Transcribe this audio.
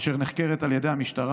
אשר נחקרת על ידי המשטרה,